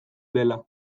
dela